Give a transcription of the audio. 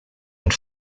and